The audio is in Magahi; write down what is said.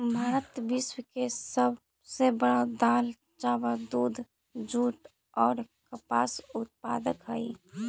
भारत विश्व के सब से बड़ा दाल, चावल, दूध, जुट और कपास उत्पादक हई